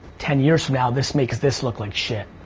ten years from now this make this look like shit.